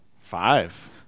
Five